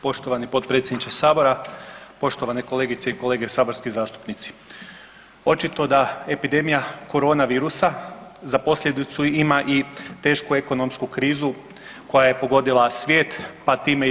Poštovani potpredsjedniče sabora, poštovane kolegice i kolege saborski zastupnici, očito da epidemija korona virusa za posljedicu ima i tešku ekonomsku krizu koja je pogodila svijet pa time i EU.